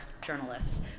journalists